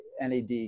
NAD